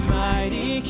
mighty